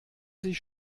sich